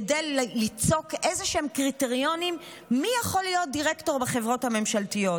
כדי ליצוק איזשהם קריטריונים מי יכול להיות דירקטור בחברות הממשלתיות.